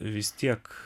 vis tiek